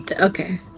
okay